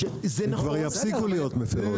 הן כבר יפסיקו להיות מפירות,